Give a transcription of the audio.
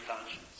conscience